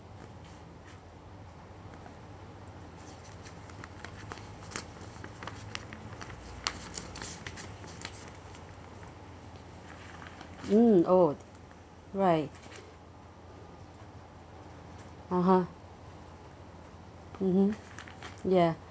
mm oh right (uh huh) mmhmm ya